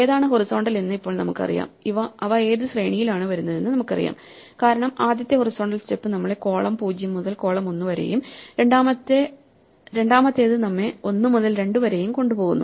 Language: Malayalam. ഏതാണ് ഹൊറിസോണ്ടൽ എന്ന് ഇപ്പോൾ നമുക്കറിയാം അവ ഏത് ശ്രേണിയിലാണ് വരുന്നതെന്ന് നമുക്കറിയാം കാരണം ആദ്യത്തെ ഹൊറിസോണ്ടൽ സ്റ്റെപ് നമ്മെ കോളം 0 മുതൽ കോളം 1 വരെയും രണ്ടാമത്തെത് നമ്മെ ഒന്ന് മുതൽ 2 വരെയും കൊണ്ടുപോകുന്നു